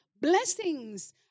blessings